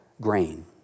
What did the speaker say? grain